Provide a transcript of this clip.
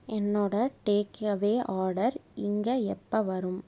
என்னோடய takeaway order இங்கே எப்போ வரும்